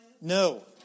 No